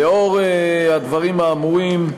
לנוכח הדברים האמורים,